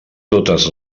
totes